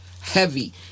heavy